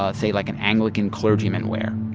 ah say, like an anglican clergyman wear.